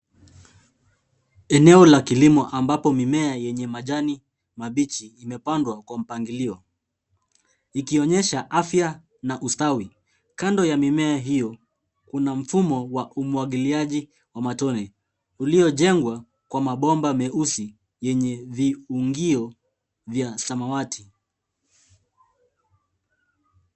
Eneo la kilimo ambapo mimea yenye majani mabichi imepandwa kwa mpangilio, ikionyesha afya na ustawi. Kando ya mimea hiyo, kuna mfumo wa umwagiliaji wa matone uliojengwa kwa mabomba meusi yenye viungio vya samawati.